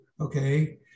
okay